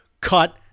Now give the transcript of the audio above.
cut